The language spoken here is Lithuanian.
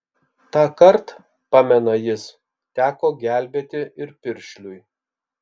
tąkart pamena jis teko gelbėti ir piršliui